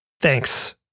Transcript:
Thanks